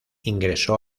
ingresó